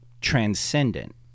transcendent